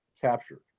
captured